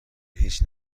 هیچ